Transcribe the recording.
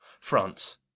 France